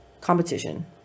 competition